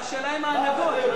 אבל השאלה היא מה, .